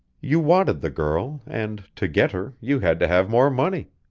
you wanted the girl and, to get her, you had to have more money.